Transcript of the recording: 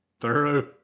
Thorough